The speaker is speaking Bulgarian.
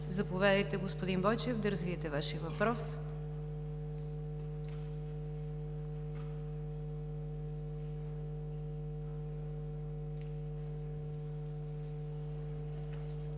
Заповядайте, господин Бойчев, да развиете Вашия въпрос.